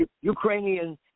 Ukrainian